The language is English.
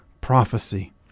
prophecy